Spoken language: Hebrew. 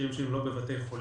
למכשירים שהם לא בבתי חולים.